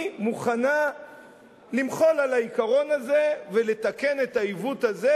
היא מוכנה למחול על העיקרון ולתקן את העיוות הזה,